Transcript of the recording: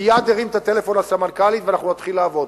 מייד הרים טלפון לסמנכ"לית, ואנחנו נתחיל לעבוד.